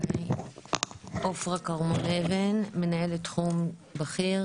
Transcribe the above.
עפרה כרמון אבן מנהלת תחום בכיר,